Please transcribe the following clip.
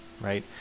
right